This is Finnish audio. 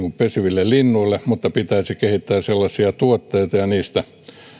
kuin pesiville linnuille mutta pitäisi kehittää sellaisia tuotteita ja niistä